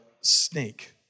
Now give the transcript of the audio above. snake